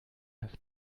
have